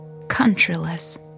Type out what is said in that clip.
countryless